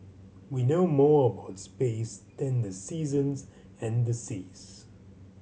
we know more about space than the seasons and the seas